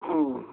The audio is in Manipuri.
ꯎꯝ